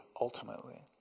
ultimately